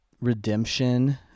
redemption